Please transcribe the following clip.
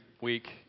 week